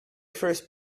first